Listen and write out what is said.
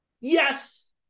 Yes